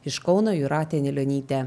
iš kauno jūratė anilionytė